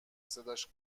صداش